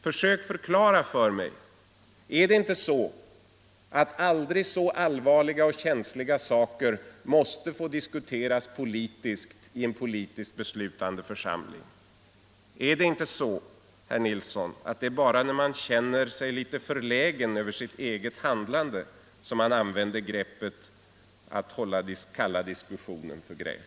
Försök förklara för mig: Måste inte aldrig så allvarliga och känsliga saker få diskuteras politiskt i en politiskt beslutande församling? Är det inte så, herr Nilsson, att det bara är när man känner sig litet förlägen över sitt handlande som man använder greppet att kalla diskussionen för gräl?